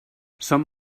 som